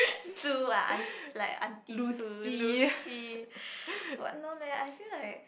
Sue ah aunt like aunty Sue Lucy what no leh I feel like